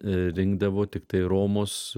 rinkdavo tiktai romos